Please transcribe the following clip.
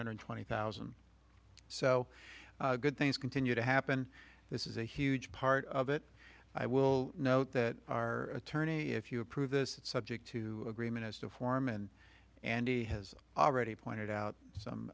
hundred twenty thousand so good things continue to happen this is a huge part of it i will note that our attorney if you approve this subject to agreement as to form and andy has already pointed out